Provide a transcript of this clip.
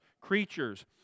creatures